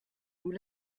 nous